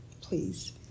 please